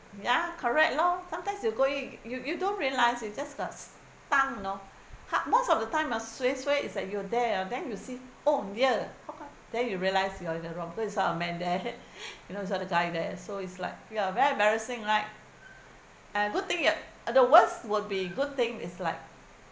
ya correct lor sometimes you go in you you don't realise it just got stung you know how most of the time ah sueh sueh it's like you are there ah then you see oh dear how come then you realise you are in the wrong place then you saw a man there you saw a guy there so it's like ya very embarrassing right uh good thing uh the worst would be good thing is like